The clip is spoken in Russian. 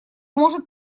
может